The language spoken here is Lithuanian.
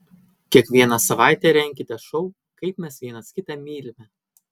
kiekvieną savaitę renkite šou kaip mes vienas kitą mylime